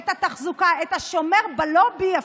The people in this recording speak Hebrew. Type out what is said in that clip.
את התחזוקה ואפילו את השומר בלובי,